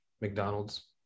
McDonald's